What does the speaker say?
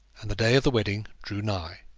and the day of the wedding drew nigh.